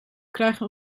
krijgen